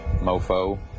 mofo